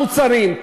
המוצרים,